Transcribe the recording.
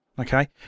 Okay